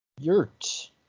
yurt